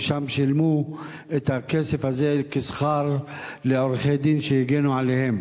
ושם הם שילמו את הכסף הזה כשכר לעורכי-הדין שהגנו עליהם.